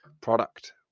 product